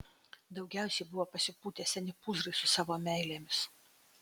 daugiausiai buvo pasipūtę seni pūzrai su savo meilėmis